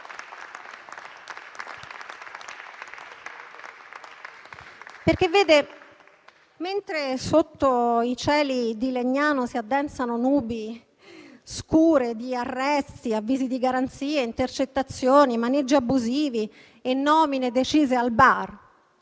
infatti, mentre sotto i cieli di Legnano si addensano nubi scure di arresti, avvisi di garanzia, intercettazioni, maneggi abusivi e nomine decise al bar,